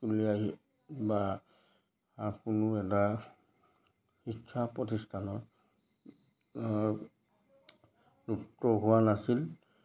স্কুললৈ আহি বা কোনো এটা শিক্ষা প্ৰতিষ্ঠানত ধৰক ভুক্ত হোৱা নাছিল